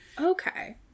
Okay